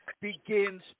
begins